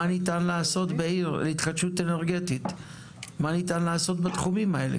ואיזו התחדשות אנרגטית ניתן לעשות בתחומים האלה?